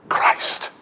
Christ